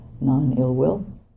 non-ill-will